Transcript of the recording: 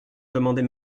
demandez